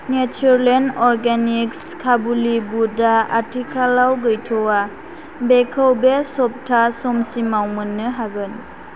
Natureland organics काबुलि बुडा आथिखालाव गैथ'वा बेखौ बे सप्ता समसिमाव मोन्नो हागोन